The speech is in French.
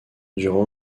durant